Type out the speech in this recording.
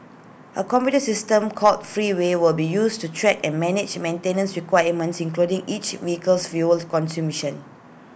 A computer system called Freeway will be used to track and manage maintenance requirements including each vehicle's fuel